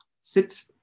Sit